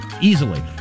easily